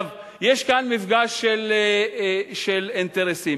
יש כאן מפגש של אינטרסים.